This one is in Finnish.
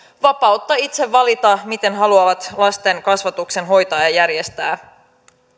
vapautta itse valita miten haluavat lasten kasvatuksen hoitaa ja järjestää